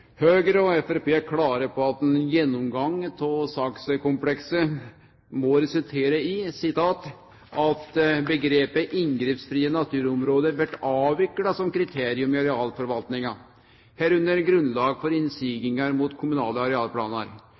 Høgre og Framstegspartiet er klare på at ein gjennomgang av sakskomplekset «må resultere i at begrepet «inngrepsfrie naturområde» vert avvikla som kriterium i arealforvaltninga, herunder grunnlag for innsigingar mot kommunale